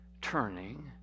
turning